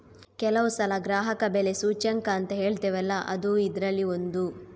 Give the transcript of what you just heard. ಕೆಲವು ಸಲ ಗ್ರಾಹಕ ಬೆಲೆ ಸೂಚ್ಯಂಕ ಅಂತ ಹೇಳ್ತೇವಲ್ಲ ಅದೂ ಇದ್ರಲ್ಲಿ ಒಂದು